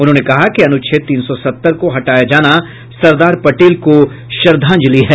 उन्होंने कहा कि अनुच्छेद तीन सौ सत्तर को हटाया जाना सरदार पटेल को श्रद्वांजलि है